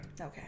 okay